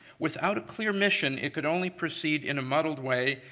without a clear mission, it could only proceed in a muddled way,